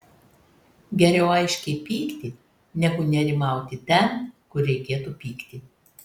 geriau aiškiai pykti negu nerimauti ten kur reikėtų pykti